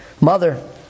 mother